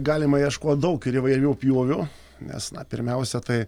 galima ieškot daug ir įvairių pjūvių nes na pirmiausia tai